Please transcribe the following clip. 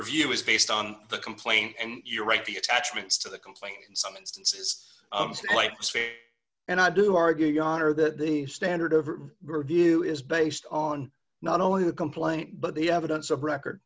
review is based on the complaint and you're right the attachments to the complaint some instances and i do argue your honor that the standard of review is based on not only the complaint but the evidence of record